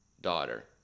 daughter